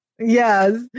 Yes